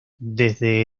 desde